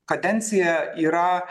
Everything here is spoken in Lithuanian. kadenciją yra